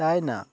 China